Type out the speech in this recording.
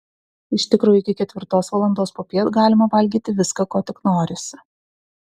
iš tikro iki ketvirtos valandos popiet galima valgyti viską ko tik norisi